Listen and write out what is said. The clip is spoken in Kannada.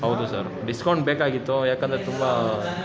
ಹೌದು ಸರ್ ಡಿಸ್ಕೌಂಟ್ ಬೇಕಾಗಿತ್ತು ಯಾಕಂದರೆ ತುಂಬ